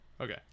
Okay